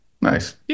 Nice